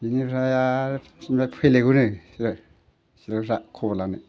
बिनिफ्राय आरो फैलायगौनो बे सियालफ्रा खबर लानो